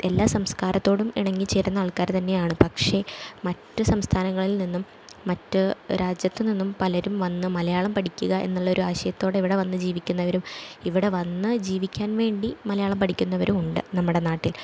എല്ലാ സംസ്കാരത്തോടും ഇണങ്ങിച്ചേരുന്ന ആൾക്കാര് തന്നെയാണ് പക്ഷെ മറ്റ് സംസ്ഥാനങ്ങളിൽ നിന്നും മറ്റ് രാജ്യത്ത് നിന്നും പലരും വന്ന് മലയാളം പഠിക്കുക എന്നുള്ള ഒരു ആശയത്തോടെ ഇവിടെ വന്ന് ജീവിക്കുന്നവരും ഇവിടെ വന്ന് ജീവിക്കാൻ വേണ്ടി മലയാളം പഠിക്കുന്നവരും ഉണ്ട് നമ്മുടെ നാട്ടിൽ